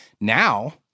Now